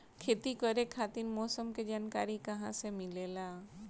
खेती करे खातिर मौसम के जानकारी कहाँसे मिलेला?